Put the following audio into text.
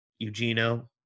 Eugenio